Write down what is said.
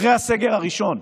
אחרי הסגר הראשון,